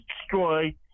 destroy